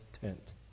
tent